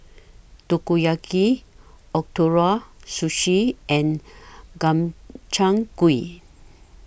Takoyaki Ootoro Sushi and Gobchang Gui